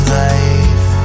life